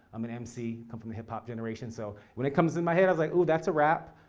i'm an mc, come from the hip-hop generation. so when it comes in my head i'm like, ooh, that's a rap.